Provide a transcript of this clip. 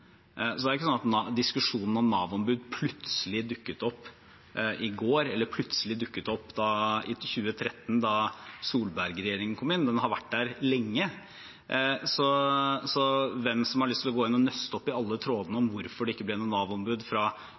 plutselig dukket opp i går, eller plutselig dukket opp i 2013, da Solberg-regjeringen kom inn. Den har vært der lenge. Så de som har lyst, kan gå inn og nøste opp i alle trådene om hvorfor det ikke ble noe Nav-ombud fra